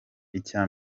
icya